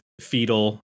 Fetal